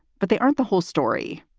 but they aren't the whole story.